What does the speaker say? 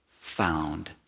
found